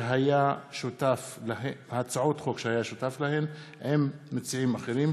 שהיה שותף להן עם מציעים אחרים.